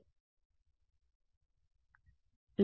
విద్యార్థి ఆపై G 1 ఉపయోగించడం తప్ప